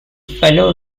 fellow